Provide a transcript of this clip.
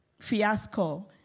fiasco